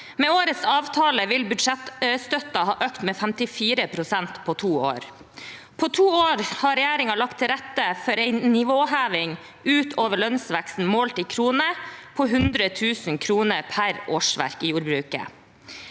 Med årets avtale vil budsjettstøtten ha økt med 54 pst. på to år. På to år har regjeringen lagt til rette for en nivåheving utover lønnsveksten – målt i kroner – på 100 000 kr per årsverk i jordbruket.